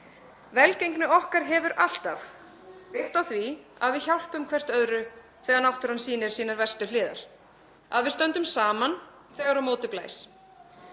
Velgengni okkar hefur alltaf byggt á því að við hjálpum hvert öðru þegar náttúran sýnir sínar verstu hliðar, að við stöndum saman þegar á móti blæs.